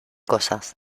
cosas